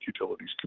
utilities